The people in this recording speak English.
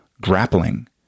grappling